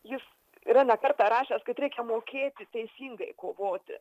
jis yra ne kartą rašęs kad reikia mokėti teisingai kovoti